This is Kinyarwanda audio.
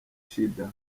shida